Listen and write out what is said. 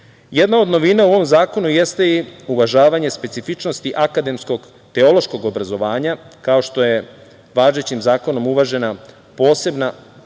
od novina u ovom zakonu jeste i uvažavanje specifičnosti akademskog teološkog obrazovanja, kao što je važećim zakonom uvažena posebnost